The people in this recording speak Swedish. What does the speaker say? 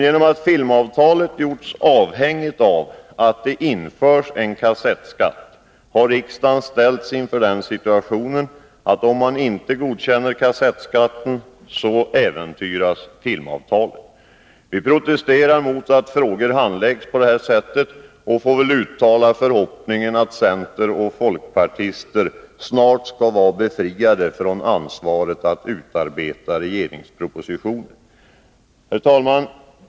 Genom att filmavtalet gjorts avhängigt av att det införs en kassettskatt har riksdagen ställts inför den situationen att om man inte godkänner kassettskatten, så äventyras filmavtalet. Vi protesterar mot att frågor handläggs på det här sättet och uttalar förhoppningen att centerpartister och folkpartister snart skall vara befriade från ansvaret att utarbeta regeringspropositioner. Herr talman!